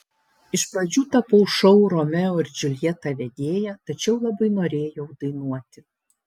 iš pradžių tapau šou romeo ir džiuljeta vedėja tačiau labai norėjau dainuoti